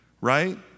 Right